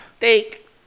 take